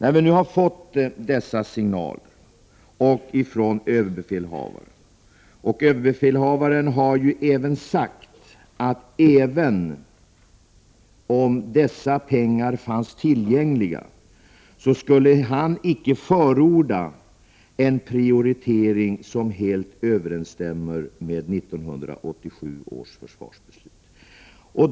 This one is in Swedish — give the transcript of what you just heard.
Vi 9 november 1988 har nu fått dessa signaler från överbefälhavaren, och denne har sagt att han, även om dessa pengar fanns tillgängliga, inte skulle förorda en prioritering som helt överensstämmer med 1987 års försvarsbeslut.